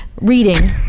Reading